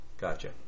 Gotcha